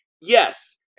yes